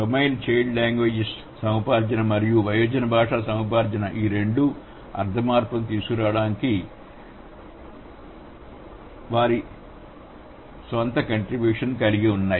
domain child language సముపార్జన మరియు వయోజన భాషా సముపార్జన రెండూ అర్థ మార్పును తీసుకురావడానికి వారి స్వంత కంట్రిబ్యూషన్ కలిగి ఉన్నాయి